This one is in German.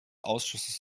ausschusses